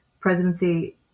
Presidency